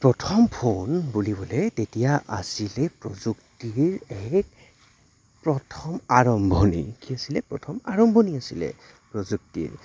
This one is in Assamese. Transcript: প্ৰথম ফোন বুলিবলৈ তেতিয়া আছিলে প্ৰযুক্তিৰ এক প্ৰথম আৰম্ভণি কি আছিলে প্ৰথম আৰম্ভণি আছিলে প্ৰযুক্তিৰ